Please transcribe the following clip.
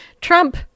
Trump